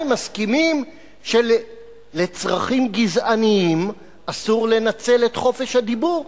מסכימים שלצרכים גזעניים אסור לנצל את חופש הדיבור.